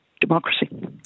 Democracy